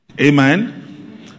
amen